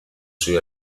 sui